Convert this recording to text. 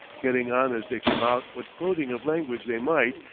getting on as they come out what clothing of language they might,